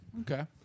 Okay